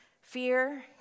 Fear